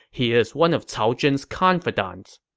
he is one of cao zhen's confidants.